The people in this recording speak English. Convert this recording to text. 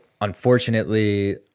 unfortunately